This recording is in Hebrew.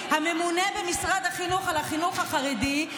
הממונה במשרד החינוך על החינוך החרדי,